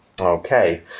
Okay